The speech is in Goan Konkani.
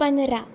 पंदरा